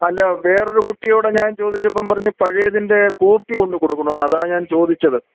അല്ല വേറൊര് കുട്ടിയോട് ഞാൻ ചോദിച്ചപ്പം പറഞ്ഞ് പഴയതിൻ്റെ കോപ്പി കൊണ്ട് കൊടുക്കണമെന്നു അതാ ഞാൻ ചോദിച്ചത്